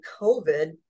COVID